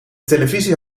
televisie